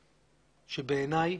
שביעניי,